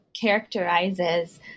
characterizes